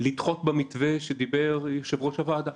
לדחות במתווה שדיבר יושב-ראש הוועדה,